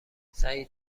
سعید